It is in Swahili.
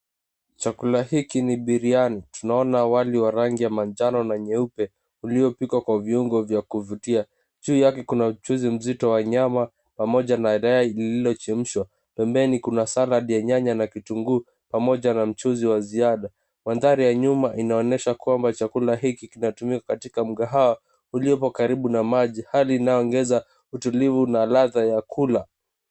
Chakula hiki ni biriani. Tunaona wali wa rangi ya manjano na nyeupe uliopikwa kwa viungo vya kuvutia. Juu yake kuna mchuzi mzito wa nyama pamoja na yai lililochemshwa. Pembeni kuna salad ya nyanya na kitunguu, pamoja na mchuzi wa ziada. Mandhari ya nyuma inaonyesha kwamba chakula hiki kinatumika katika mgahawa uliopo karibu na maji. Hali inayoongeza utulivu na ladha ya kula.